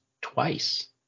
twice